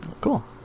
cool